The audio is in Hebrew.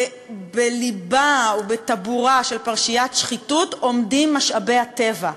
בלבה או בטבורה של פרשיית שחיתות עומדים משאבי הטבע.